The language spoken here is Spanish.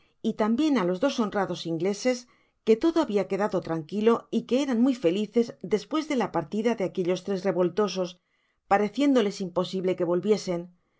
y tambien á los dos honrados ingleses que todo habia quedado tranquilo y que eran muy felices despues de la partida de aquellos tres revoltosos pareciéndoles imposible que volviesen